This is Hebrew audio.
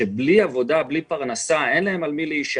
שבלי תואר, בלי פרנסה, אין להם על מי להישען.